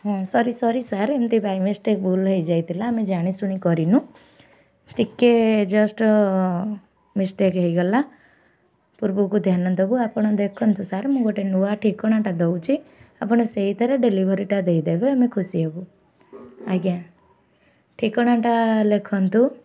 ହଁ sorry sorry sir ଏମିତି by mistake ଭୁଲ୍ ହେଇଯାଇଥିଲା ଆମେ ଜାଣିଶୁଣି କରିନୁ ଟିକେ ଜଷ୍ଟ୍ ମିଷ୍ଟେକ୍ ହେଇଗଲା ପୂର୍ବକୁ ଧ୍ୟାନ ଦବୁ ଆପଣ ଦେଖନ୍ତୁ ସାର୍ ମୁଁ ଗୋଟେ ନୂଆ ଠିକଣାଟା ଦେଉଛି ଆପଣ ସେଇ ଥିରେ ଡେଲିଭରିଟା ଦେଇଦେବେ ଆମେ ଖୁସି ହେବୁ ଆଜ୍ଞା ଠିକଣାଟା ଲେଖନ୍ତୁ